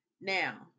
Now